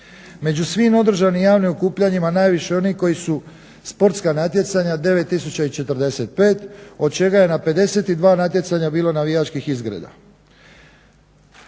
Među svim održanim javnim okupljanjima najviše je onih koji su sportska natjecanja 9045, od čega je na 52 natjecanja bilo navijačkih izgreda.